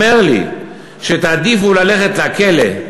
אומר לי שתעדיפו ללכת לכלא,